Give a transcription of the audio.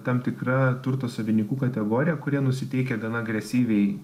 tam tikra turto savininkų kategorija kurie nusiteikę gana agresyviai